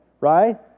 right